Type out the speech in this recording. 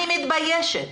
אני מתביישת.